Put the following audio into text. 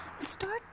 Start